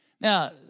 Now